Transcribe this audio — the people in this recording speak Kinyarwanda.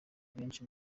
benshi